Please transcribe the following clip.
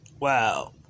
wow